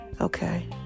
Okay